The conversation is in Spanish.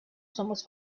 somos